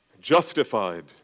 justified